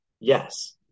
Yes